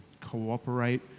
cooperate